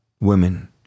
women